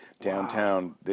downtown